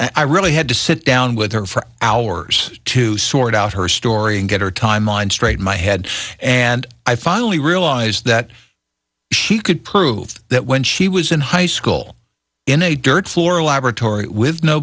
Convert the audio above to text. i really had to sit down with her for hours to sort out her story and get her timeline straight my head and i finally realized that she could prove that when she was in high school in a dirt floor laboratory with no